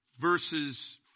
verses